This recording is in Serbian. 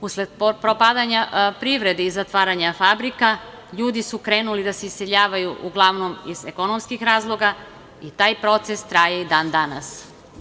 Usled propadanja privrede i zatvaranja fabrika ljudi su krenuli da se iseljavaju uglavnom iz ekonomskih razloga i taj proces traje i dan danas.